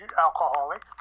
alcoholic